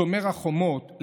שומר חומות,